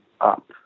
up